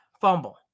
fumble